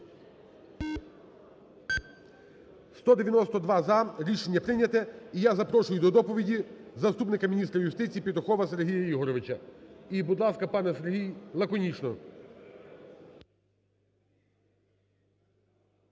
За-192 Рішення прийнято. І я запрошую до доповіді заступника міністра юстиції Петухова Сергія Ігоровича. І будь ласка, пане Сергій, лаконічно.